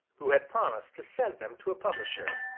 who had promised to send them to a publisher,